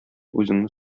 үзеңне